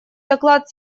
доклад